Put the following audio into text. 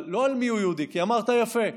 לא על מיהו יהודי, כי אמרת יפה,